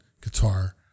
guitar